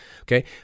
Okay